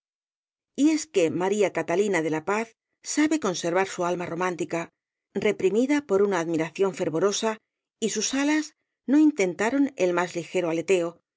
y es que maría catalina de la paz sabe conservar su alma romántica reprimida por una admiración fervorosa y sus alas no intentaron el más ligero aleteo